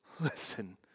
Listen